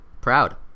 proud